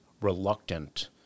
reluctant